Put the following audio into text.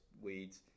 weeds